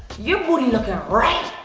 your booty lookin' right.